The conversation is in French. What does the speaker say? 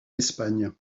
espagne